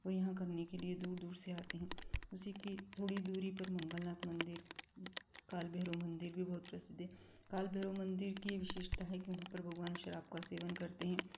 और यहाँ करने के लिए दूर दूर से आते हैं उसी की थोड़ी दूरी पर मंगलनाथ मंदिर काल भैरव मंदिर भी बहुत प्रसिद्ध है काल भैरव मंदिर की विशेषता है कि वहाँ पर भगवान शराब का सेवन करते हैं